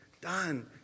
done